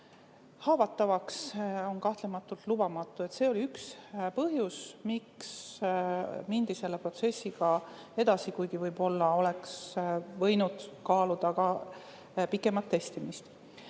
haavatavaks jätta on kahtlematult lubamatu. See oli üks põhjus, miks mindi selle protsessiga edasi, kuigi võib-olla oleks võinud kaaluda ka pikemat testimist. Teine